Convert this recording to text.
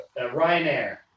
Ryanair